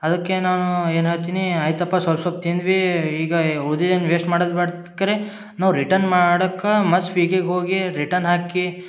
ಅದಕ್ಕೆ ನಾನು ಏನಾತಿನಿ ಆಯ್ತಪ್ಪ ಸೊಲ್ಪ ಸೊಲ್ಪ ತಿಂದ್ವಿ ಈಗ ಉಳ್ದಿದ್ದನ್ನ ವೇಸ್ಟ್ ಮಾಡದು ಬ್ಯಾಡ ಖರೆ ನಾವು ರಿಟನ್ ಮಾಡಕ್ಕೆ ಮತ್ತು ಸ್ವಿಗಿಗೆ ಹೋಗಿ ರಿಟನ್ ಹಾಕಿ